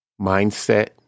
mindset